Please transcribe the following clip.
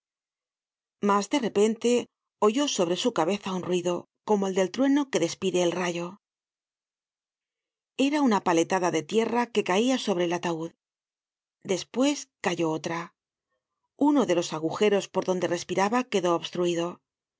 mas de repente oyó sobre su cabeza un ruido como el del trueno que despide el rayo content from google book search generated at era una paletada de tierra que caia sobre el ataud despues cayó otra uno de los agujeros por donde respiraba quedó obstruido